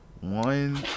One